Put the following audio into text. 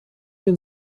den